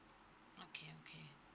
okay okay